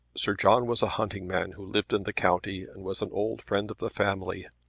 sir john was a hunting man who lived in the county and was an old friend of the family.